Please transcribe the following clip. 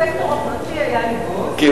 בסקטור הפרטי היה לי בוס.